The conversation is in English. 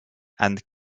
and